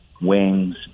wings